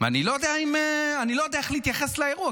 ואני לא יודע איך להתייחס לאירוע,